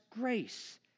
grace